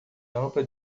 ampla